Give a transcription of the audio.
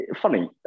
funny